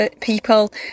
people